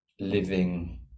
living